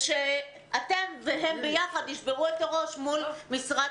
ושאתם והם ביחד תשברו את הראש מול משרד